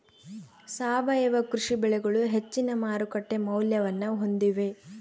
ಸಾವಯವ ಕೃಷಿ ಬೆಳೆಗಳು ಹೆಚ್ಚಿನ ಮಾರುಕಟ್ಟೆ ಮೌಲ್ಯವನ್ನ ಹೊಂದಿವೆ